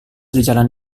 dijalan